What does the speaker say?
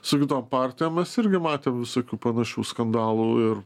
su kitom partijom mes irgi matėm visokių panašių skandalų ir